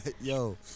Yo